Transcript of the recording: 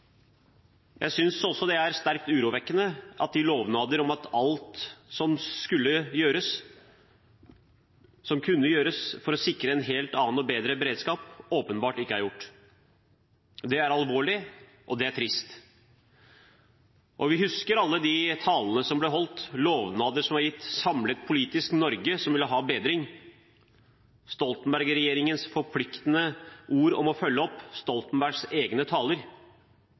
Jeg synes også det er sterkt urovekkende at lovnadene om at alt som skulle gjøres – som kunne gjøres – for å sikre en helt annen og bedre beredskap, åpenbart ikke er holdt. Det er alvorlig, og det er trist. Vi husker alle talene som ble holdt, lovnadene som ble gitt, det samlede politiske Norge som ville ha bedring, og Stoltenberg-regjeringens forpliktende ord om å følge opp Stoltenbergs egne taler.